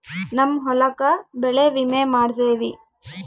ನಮ್ ಹೊಲಕ ಬೆಳೆ ವಿಮೆ ಮಾಡ್ಸೇವಿ